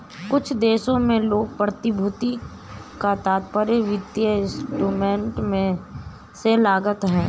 कुछ देशों में लोग प्रतिभूति का तात्पर्य वित्तीय इंस्ट्रूमेंट से लगाते हैं